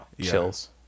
chills